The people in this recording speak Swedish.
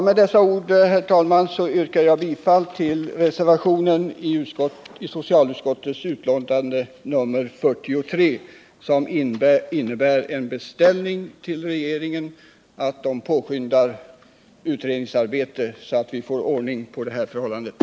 Med dessa ord, herr talman, yrkar jag bifall till reservationen i socialutskottets betänkande 43, som innebär en beställning till regeringen att påskynda utredningsarbetet så att vi får ordning på dessa förhållanden.